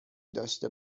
داشته